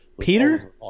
Peter